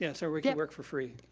yeah so we could work for free,